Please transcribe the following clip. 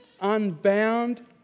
unbound